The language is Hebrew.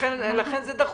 לכן זה דחוף.